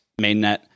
mainnet